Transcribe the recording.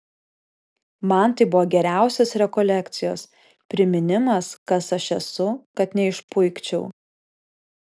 man tai buvo geriausios rekolekcijos priminimas kas aš esu kad neišpuikčiau